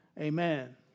amen